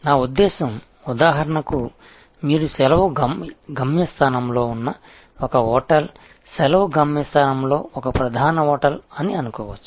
నా ఉద్దేశ్యం ఉదాహరణకు మీరు సెలవు గమ్యస్థానంలో ఉన్న ఒక హోటల్ సెలవు గమ్యస్థానంలో ఒక ప్రధాన హోటల్ అని అనుకోవచ్చు